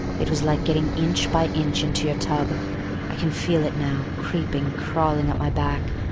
it was like getting inch by inch into your tub i can feel it now, creeping, crawling up my back.